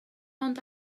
ond